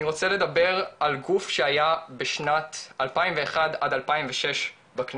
אני רוצה לדבר על גוף בשנת 2001 עד 2006 בכנסת,